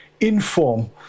inform